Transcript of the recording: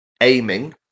aiming